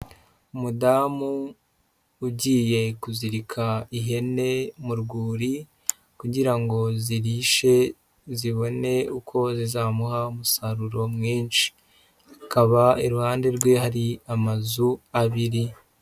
Umudamu ugiye kuzirika ihene mu rwuri kugira ngo zirishe zibone uko zizamuha umusaruro mwinshi, akaba iruhande rwe hari amazu abiri.